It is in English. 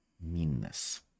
meanness